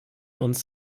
uns